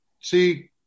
see